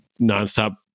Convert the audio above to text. nonstop